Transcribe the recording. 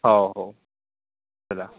हा हो चला